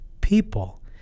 people